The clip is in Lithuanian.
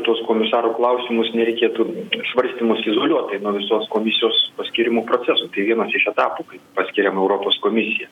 tuos komisarų klausimus nereikėtų svarstymus izoliuotai nuo visos komisijos skyrimo proceso vienas iš etapų kai paskiriama europos komisija